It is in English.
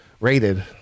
rated